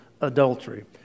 adultery